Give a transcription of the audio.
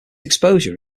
exposure